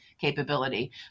capability